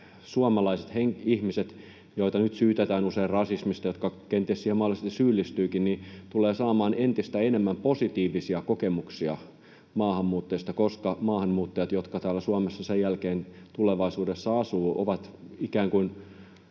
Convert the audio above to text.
suomalaiset ihmiset, joita nyt syytetään usein rasismista ja jotka kenties siihen mahdollisesti syyllistyvätkin, tulevat saamaan entistä enemmän positiivisia kokemuksia maahanmuuttajista, koska maahanmuuttajat, jotka täällä Suomessa sen jälkeen tulevaisuudessa asuvat, ovat ikään kuin